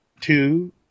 two